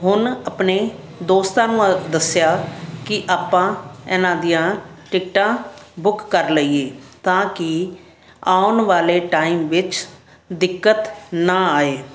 ਹੁਣ ਆਪਣੇ ਦੋਸਤਾਂ ਨੂੰ ਆ ਦੱਸਿਆ ਕਿ ਆਪਾਂ ਇਨ੍ਹਾਂ ਦੀਆਂ ਟਿਕਟਾਂ ਬੁੱਕ ਕਰ ਲਈਏ ਤਾਂ ਕਿ ਆਉਣ ਵਾਲੇ ਟਾਈਮ ਵਿੱਚ ਦਿੱਕਤ ਨਾ ਆਏ